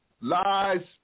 Lies